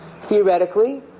Theoretically